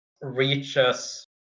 reaches